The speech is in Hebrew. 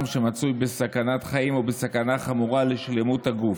שמצוי בסכנת חיים או בסכנה חמורה לשלמות הגוף,